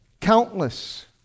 Countless